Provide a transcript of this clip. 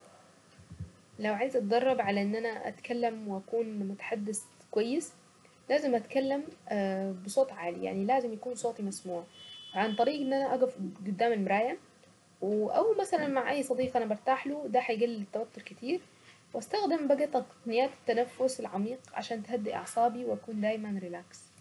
لو عايزة اتدرب على ان انا اتكلم واكون متحدث كويس لازم اتكلم بصوت عالي، يعني لازم يكون صوتي مسموع، عن طريق ان انا اقف قدام المراية او مثلا مع اي صديق انا برتاحله، دا هيقلل التوتر كتير ، واستخدم بقى تقنيات التنفس العميق عشان تهدي اعصابي واكون دايما ريلاكس.